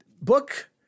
Book